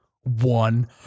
one